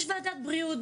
יש ועדת בריאות,